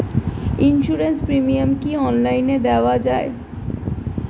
Insurance premium কি online দেওয়া যায়?